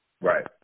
Right